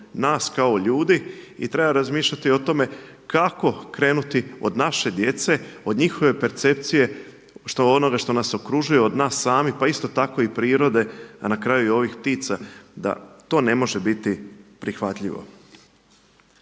nas kao ljudi i treba razmišljati o tome kako krenuti od naše djece, od njihove percepcije što onoga što nas okružuje od nas samih, pa isto tako i prirode a na kraju i ovih ptica da to ne može biti prihvatljivo.